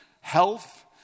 health